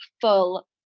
full